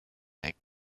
eck